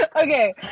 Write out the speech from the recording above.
Okay